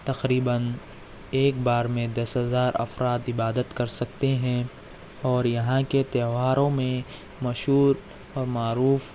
تقریبا ایک بار میں دس ہزار افراد عبادت کر سکتے ہیں اور یہاں کے تہواروں میں مشہور و معروف